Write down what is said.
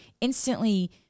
instantly